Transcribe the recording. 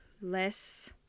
less